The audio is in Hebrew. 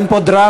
אין פה דרמה,